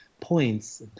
points